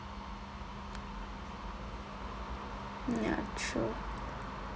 ya true